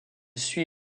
suit